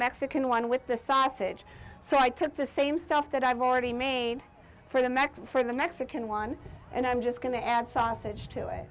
mexican one with the sausage so i took the same stuff that i've already made for the mexico for the mexican one and i'm just going to add sausage to